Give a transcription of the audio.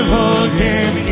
again